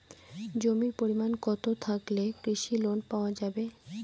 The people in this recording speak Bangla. জমির পরিমাণ কতো থাকলে কৃষি লোন পাওয়া যাবে?